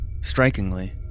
strikingly